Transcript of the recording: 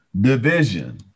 division